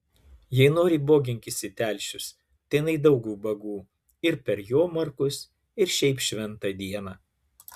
jei nori boginkis į telšius tenai daug ubagų ir per jomarkus ir šiaip šventą dieną